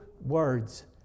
words